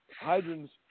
hydrants